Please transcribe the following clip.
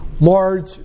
large